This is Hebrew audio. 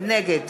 נגד